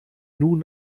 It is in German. nun